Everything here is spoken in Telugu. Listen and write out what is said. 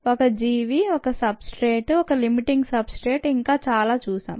ఒక జీవి ఒక సబ్ స్ట్రేట్ ఒక లిమిటింగ్ సబ్ స్ట్రేట్ ఇంకా చాలా చూశాం